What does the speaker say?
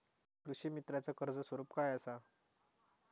कृषीमित्राच कर्ज स्वरूप काय असा?